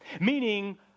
meaning